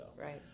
right